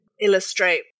illustrate